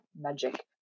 magic